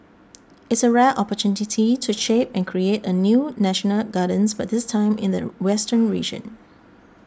it's a rare opportunity to shape and create a new national gardens but this time in the western region